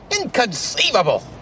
Inconceivable